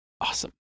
Awesome